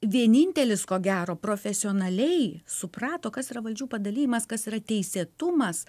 vienintelis ko gero profesionaliai suprato kas yra valdžių padalijimas kas yra teisėtumas